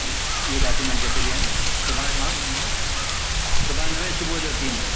इहे डॉक्यूमेंट जेके बि आहिनि सुभाणे मां हा सुभाणे नवें सुबुह जो अची वेंदुमि